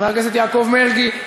חבר הכנסת יעקב מרגי,